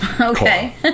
Okay